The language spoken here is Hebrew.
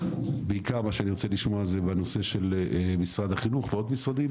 בעיקר מה שארצה לשמוע זה בנושא של משרד החינוך ועוד משרדים,